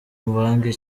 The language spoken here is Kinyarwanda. mvange